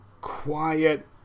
quiet